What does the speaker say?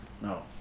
no